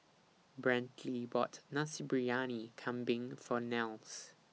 Brantley bought Nasi Briyani Kambing For Nels